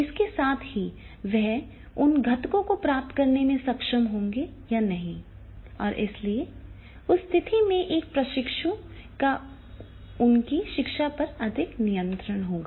इसके साथ ही वह उन घटकों को प्राप्त करने में सक्षम होगा या नहीं और इसलिए उस स्थिति में एक प्रशिक्षु का उनकी शिक्षा पर अधिक नियंत्रण होगा